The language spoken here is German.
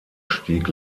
stieg